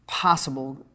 possible